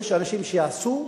יש אנשים שיעשו,